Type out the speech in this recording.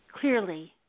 clearly